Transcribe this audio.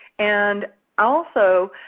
and also,